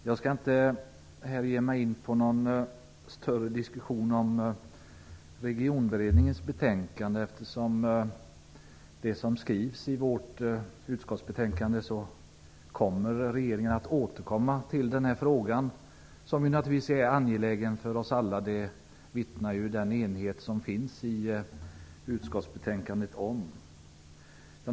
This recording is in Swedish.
Fru talman! Jag skall inte här ge mig in på någon större diskussion om Regionberedningens betänkande, eftersom, som det skrivs i vårt utskottsbetänkande, regeringen kommer att återkomma till denna fråga, som naturligtvis är angelägen för oss alla. Det vittnar den enighet som finns i utskottsbetänkandet om.